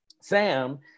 Sam